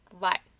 life